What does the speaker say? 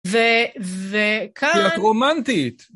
ו... וכאן... כי את רומנטית!